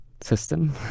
system